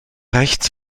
rechts